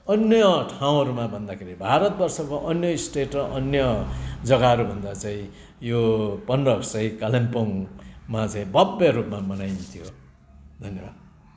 अन्य ठाउँहरूमा भन्दाखेरि भारतवर्षको अन्य स्टेट र अन्य जग्गाहरू भन्दा चाहिँ यो पन्ध्र अगस्ट चाहिँ कालिम्पोङमा चाहिँ भव्य रूपमा मनाइन्थ्यो धन्यवाद